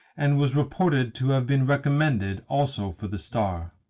and was reported to have been recommended also for the star.